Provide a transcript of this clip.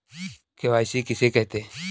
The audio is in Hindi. के.वाई.सी किसे कहते हैं?